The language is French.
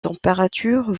températures